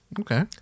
Okay